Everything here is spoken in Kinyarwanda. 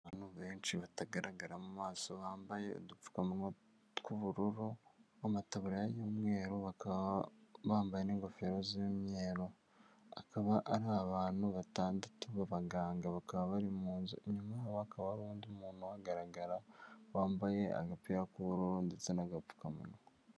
Abantu benshi batagaragara mu maso bambaye udupfukamu tw'ubururu n'amataba y'umweru, bakaba bambaye n'ingofero z'imyeru, akaba ari abantu batandatu b'abaganga, bakaba bari mu nzu, inyuma hakaba hari n'undi muntu ugaragara wambaye agapira k'ubururu ndetse n'agapfukamunwa.